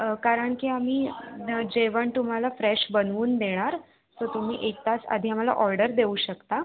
कारण की आम्ही जेवण तुम्हाला फ्रेश बनवून देणार तर तुम्ही एक तास आधी आम्हाला ऑर्डर देऊ शकता